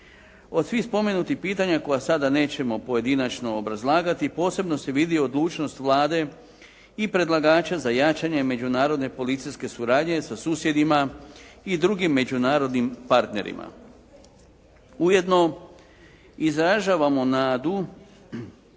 Od svih spomenutih pitanja koja sada nećemo pojedinačno obrazlagati, posebno se vidi odlučnost Vlade i predlagača za jačanje međunarodne policijske suradnje sa susjedima i drugim međunarodnim partnerima. Ujedno izražavamo nadu